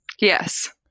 Yes